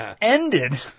ended